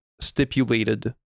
stipulated